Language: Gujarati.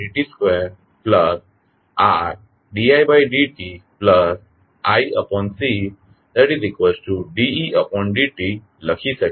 આપણેLd 2id t 2Rd id tiCd ed t લખી શકીએ છીએ